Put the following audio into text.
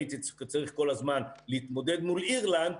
אני הייתי צריך כל הזמן להתמודד מול אירלנד,